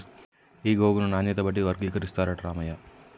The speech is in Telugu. ఈ గోగును నాణ్యత బట్టి వర్గీకరిస్తారట రామయ్య